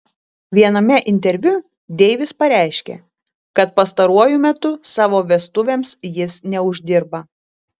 viename interviu deivis pareiškė kad pastaruoju metu savo vestuvėms jis neuždirba